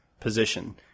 Position